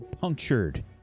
punctured